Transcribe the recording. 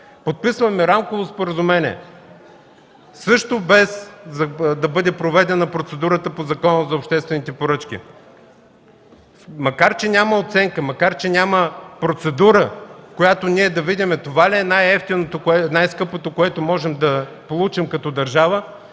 Подписваме рамково споразумение, също без да бъде проведена процедурата по Закона за обществените поръчки. Макар че няма оценка, макар че няма процедура, по която да видим това ли е най-скъпото, което можем да получим като държава,